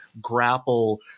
grapple